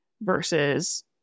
versus